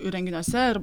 renginiuose ir